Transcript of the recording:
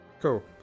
cool